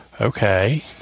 okay